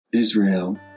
Israel